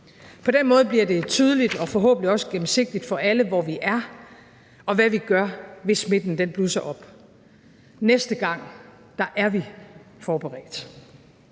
På den måde bliver det tydeligt og forhåbentlig også gennemsigtigt for alle, hvor vi er, og hvad vi gør, hvis smitten blusser op. Næste gang er vi forberedt.